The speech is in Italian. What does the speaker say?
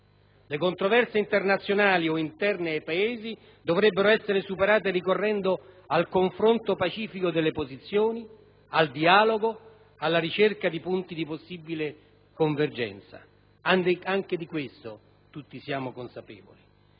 Le controversie internazionali o interne ai Paesi dovrebbero essere superate ricorrendo al confronto pacifico delle posizioni, al dialogo, alla ricerca di punti di possibile convergenza. Anche di questo tutti siamo consapevoli,